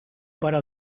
para